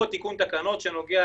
או תיקון תקנות שנוגע